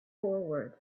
forward